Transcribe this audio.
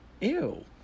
Ew